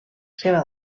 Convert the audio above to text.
seva